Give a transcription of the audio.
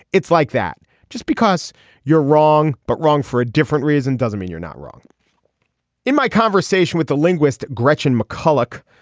it's like that just because you're wrong but wrong for a different reason doesn't mean you're not wrong in my conversation with the linguist gretchen mcculloch.